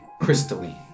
crystalline